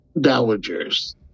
dowagers